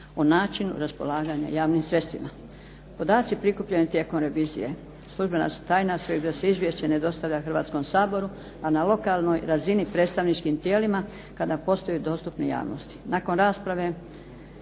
o načinu raspolaganja javnim sredstvima. Podaci prikupljeni tijekom revizije službena su tajna su i da se izvješće ne dostavlja Hrvatskom saboru, a na lokalnoj razini predstavničkim tijelima kada postaju dostupne javnosti. Nakon rasprave